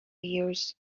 years